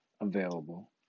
available